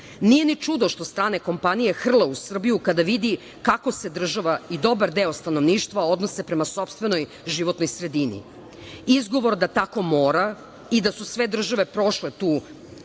ni čudo što strane kompanije hrle u Srbiju, kada vide kako se država i dobar deo stanovništva odnose prema sopstvenoj životnoj sredini. Izgovor da tako mora i da su sve države prošle tu